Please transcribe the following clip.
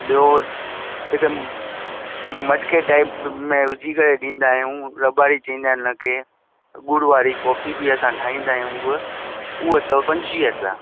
ॿियो हिकु मटिके टाइप में विझी करे ॾींदा आहियूं लॿारी चवंदा आहिनि उनखे ॻुड़ वारी कॉफ़ी बि असां ठाहींदा आहियूं उहा उहा अथव पंजवीह रुपया